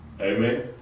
Amen